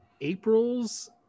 April's